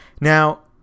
now